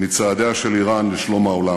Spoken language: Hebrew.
אני מציע לך להקשיב למה שאני אומר.